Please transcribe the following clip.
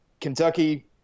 Kentucky –